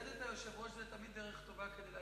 מיקומו של האפס חשוב יותר,